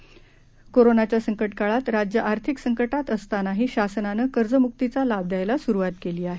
ता कोरोनाच्या संकटकाळात राज्य आर्थिक संकटात असतानाही शासनानं कर्जमुक्तीचा लाभ द्यायला सुरुवात केली आहे